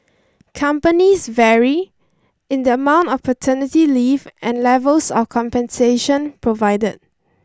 companies vary in the amount of paternity leave and levels of compensation provided